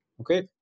Okay